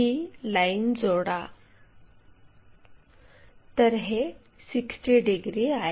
ही line जोडा तर हे 60 डिग्री आहे